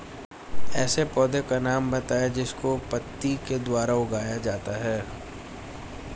ऐसे पौधे का नाम बताइए जिसको पत्ती के द्वारा उगाया जाता है